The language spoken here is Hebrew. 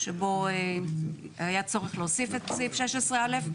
שבו היה צורך להוסיף את סעיף 16 א',